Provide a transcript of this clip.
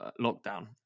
lockdown